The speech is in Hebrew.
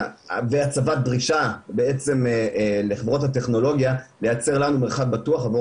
בהצבת דרישה בעצם לחברות הטכנולוגיה לייצר לנו חברת בטוח עבור